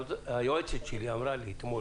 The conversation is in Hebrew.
היועצת שלי אמרה לי אתמול,